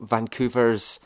Vancouver's